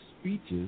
speeches